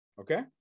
okay